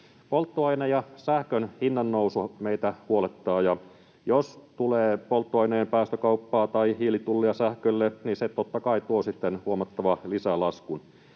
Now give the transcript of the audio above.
Polttoaineen ja sähkön hinnan nousu meitä huolettaa, ja jos tulee polttoaineen päästökauppaa tai hiilitulleja sähkölle, niin se totta kai tuo sitten huomattavan lisälaskun.